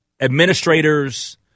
administrators